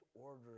order